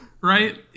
right